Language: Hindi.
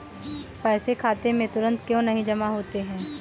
पैसे खाते में तुरंत क्यो नहीं जमा होते हैं?